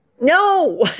no